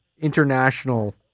international